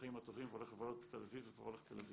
החיים הטובים והולך לבלות בתל אביב וכבר הולך לתל אביב.